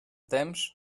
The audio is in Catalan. temps